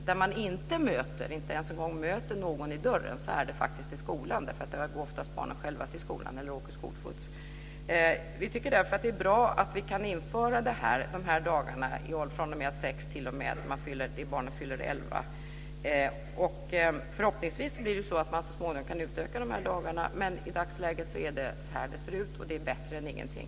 Var man inte ens en gång möter någon vid dörren är faktiskt i skolan. Barnen går ju oftast själva eller åker skolskjuts till skolan. Vi tycker därför att det är bra att vi kan införa de här dagarna från att barnen är sex år till det år som de fyller elva. Förhoppningsvis kan man så småningom utöka de här dagarna, men i dagsläget ser det ut så här, och det är bättre än ingenting.